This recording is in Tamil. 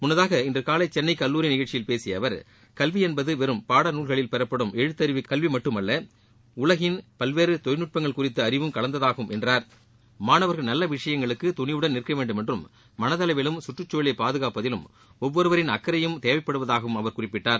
முன்னதாக இன்று காலை சென்னை கல்லூரி நிகழ்ச்சியில் பேசிய அவர் கல்வி என்பது வெறும் பாடநூல்களில் பெறப்படும் எழுத்தறிவு கல்வி மட்டுமல்ல உலகின் பல்வேறு தொழில்நுட்பங்கள் குறித்த அறிவும் கலந்ததாகும் என்றார் மாணவர்கள் நல்ல விஷயங்களுக்கு துணிவுடன் நிற்க வேண்டுமென்றும் மனதளவிலும் கற்றுச்சூழலை பாதுகாப்பதிலும் ஒவ்வொருவரின் அக்கறையும் தேவைப்படுவதாகவும் அவர் குறிப்பிட்டார்